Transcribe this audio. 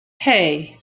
hey